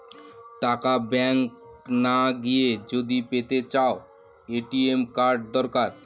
টাকা ব্যাঙ্ক না গিয়ে যদি পেতে চাও, এ.টি.এম কার্ড দরকার